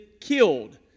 killed